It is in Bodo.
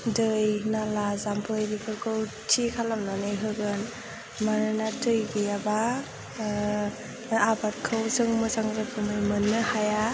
दै नाला जाम्फै बेफोरखौ थि खालामनानै होगोन मानोना दै गैयाबा बे आबादखौ जों मोजां रोखोमै मोननो हाया